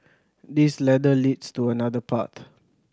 this ladder leads to another path